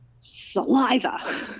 saliva